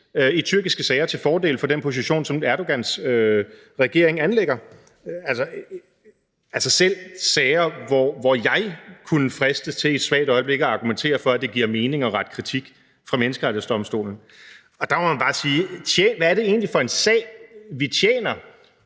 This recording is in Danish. i tyrkiske sager til fordel for den position, som Erdogans regering anlægger. Det er i sager, hvor selv jeg kunne fristes til i et svagt øjeblik at argumentere for, at det giver mening at rette kritik fra Menneskerettighedsdomstolen. Der må man bare sige: Hvad er det egentlig for en sag, vi tjener,